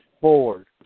forward